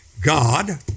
God